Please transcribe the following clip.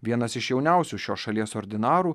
vienas iš jauniausių šios šalies ordinarų